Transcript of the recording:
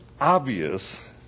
obvious